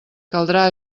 caldrà